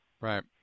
Right